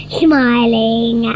smiling